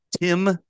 Tim